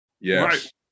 Yes